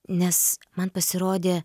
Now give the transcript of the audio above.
nes man pasirodė